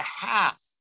half